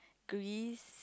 Greece